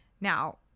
Now